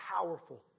powerful